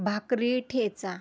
भाकरी ठेचा